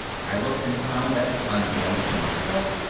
i looked and found that, unbeknownst to myself,